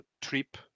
trip